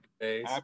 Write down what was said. Happy